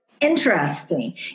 interesting